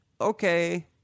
okay